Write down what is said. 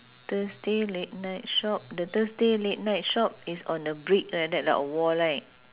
thursday late night shop the thursday late night shop is on the brick like that lah a wall right